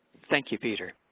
thank you. peter.